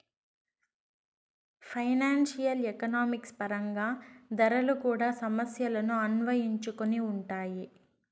financial economics పరంగా ధరలు కూడా సమస్యలను అన్వయించుకొని ఉంటాయి